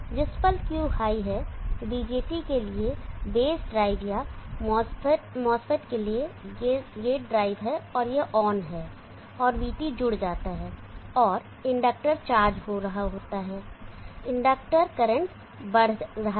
जिस पल Q high है BJT के लिए बेस ड्राइव या MOSFET के लिए गेट ड्राइव है और यह ऑन है और vT जुड़ जाता है और इंडक्टर चार्ज हो रहा होता है इंडक्टर करंट बढ़ रहा है